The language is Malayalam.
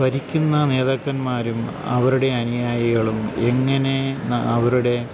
ഭരിക്കുന്ന നേതാക്കന്മാരും അവരുടെ അനിയായികളും എങ്ങനെ അവരുടെ